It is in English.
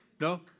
No